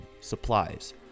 supplies